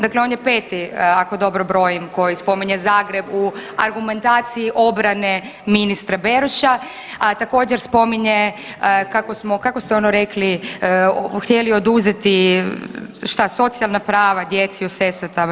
Dakle, on je peti ako dobro brojim koji spominje Zagreb u argumentaciji obrane ministra Beroša, a također spominje kako ste ono rekli htjeli oduzeti šta, socijalna prava djeci u Sesvetama.